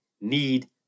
need